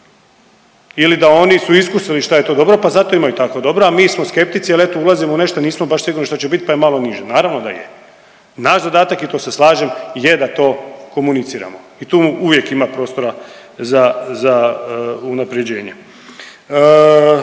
ili da oni su iskusili šta je to dobro pa zato imaju tako dobro, a mi smo skeptici ali eto ulazimo u nešto nismo baš sigurni što će bit pa je malo niže? Naravno da je. Naš zadatak, i tu se slažem, je da to komuniciramo i tu uvijek ima prostora za unapređenje.